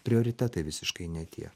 prioritetai visiškai ne tie